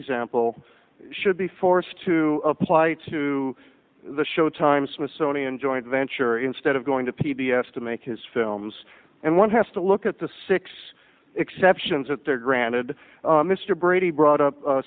example should be forced to apply to the showtime smithsonian joint venture instead of going to p d f to make his films and one has to look at the six exceptions that they're granted mr brady brought up